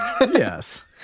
Yes